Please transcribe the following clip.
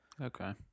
Okay